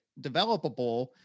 developable